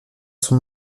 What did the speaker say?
son